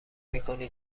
میکنی